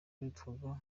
witwaga